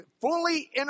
fully